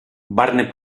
barne